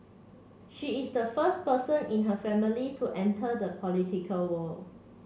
she is the first person in her family to enter the political world